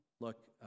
Look